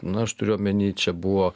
na aš turiu omeny čia buvo